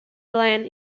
glen